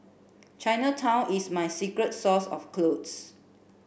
Chinatown is my secret source of clothes